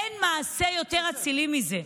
אין מעשה יותר אצילי מזה,